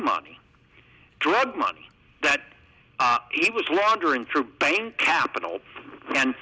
money drug money that he was laundering through bank capital and